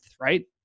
right